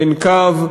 אין קו,